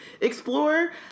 Explore